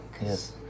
Yes